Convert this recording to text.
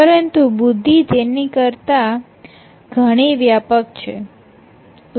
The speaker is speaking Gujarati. પરંતુ બુદ્ધિ તેના કરતાં ઘણી વ્યાપક છે